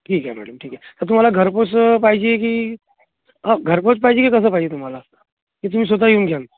ठीक आहे मॅडम ठीक आहे तर तुम्हाला घरपोच पाहिजे की हो घरपोच पाहिजे की कसं पाहिजे तुम्हाला की तुम्ही स्वतः येऊन घ्याल